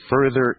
further